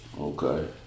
Okay